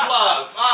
love